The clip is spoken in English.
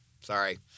Sorry